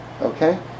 okay